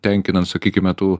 tenkinant sakykime tų